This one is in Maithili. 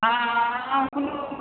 हँ